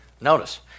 Notice